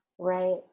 Right